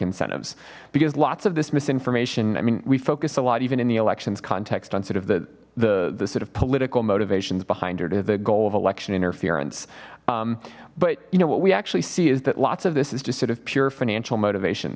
incentives because lots of this misinformation i mean we focus a lot even in the elections context on sort of the the the sort of political motivations behind her to the goal of election interference but you know what we actually see is that lots of this is just sort of pure financial motivation